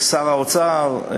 שר האוצר,